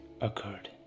occurred